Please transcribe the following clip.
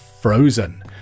Frozen